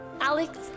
Alex